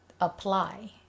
apply